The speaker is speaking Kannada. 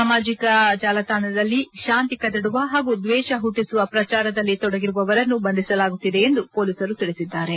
ಸಾಮಾಜಿಕ ಜಾಲತಾಣಗಳಲ್ಲಿ ಶಾಂತಿ ಕದಡುವ ಹಾಗೂ ದ್ವೇಷ ಹುಟ್ಟಿಸುವ ಪ್ರಚಾರದಲ್ಲಿ ತೊಡಗಿರುವವರನ್ನು ಬಂಧಿಸಲಾಗುತ್ತಿದೆ ಎಂದು ಪೊಲೀಸರು ತಿಳಿಸಿದ್ದಾರೆ